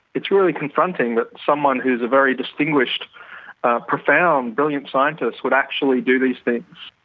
it's really confronting that someone who's a very distinguished profound brilliant scientist would actually do these things.